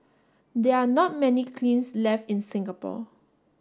there are not many kilns left in Singapore